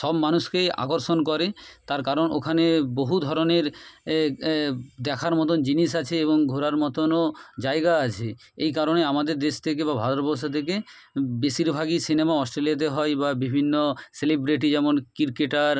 সব মানুষকে আকর্ষণ করে তার কারণ ওখানে বহু ধরনের দেখার মতন জিনিস আছে এবং ঘোরার মতনও জায়গা আছে এই কারণে আমাদের দেশ থেকে বা ভারতবর্ষ থেকে বেশিরভাগই সিনেমা অস্টেলিয়াতে হয় বা বিভিন্ন সেলিব্রেটি যেমন ক্রিকেটার